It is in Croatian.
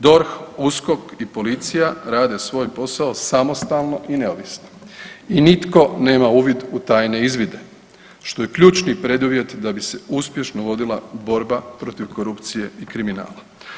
DORH, USKOK i policija rade svoj posao samostalno i neovisno i nitko ne uvid u tajne izvide što je ključni preduvjet da bi se uspješno vodila borba protiv korupcije i kriminala.